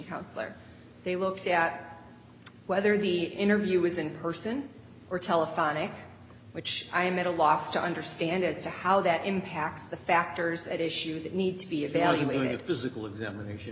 counselor they looked at whether the interview was in person or telephonic which i am at a loss to understand as to how that impacts the factors at issue that need to be evaluated physical examination